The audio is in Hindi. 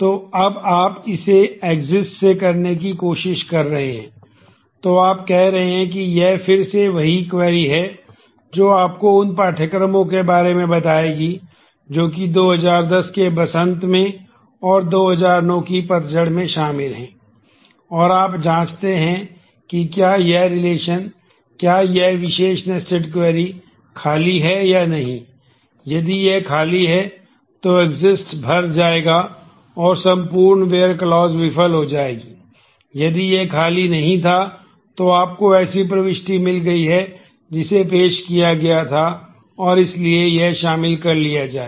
तो अब आप इसे एग्जिटस विफल हो जाएगी यदि यह खाली नहीं था तो आपको ऐसी प्रविष्टि मिल गई है जिसे पेश किया गया था और इसलिए यह शामिल कर लिया जाएगा